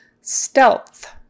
Stealth